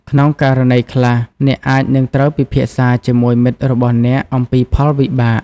ក្នុងករណីខ្លះ អ្នកអាចនឹងត្រូវពិភាក្សាជាមួយមិត្តរបស់អ្នកអំពីផលវិបាក។